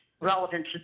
relevance